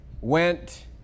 went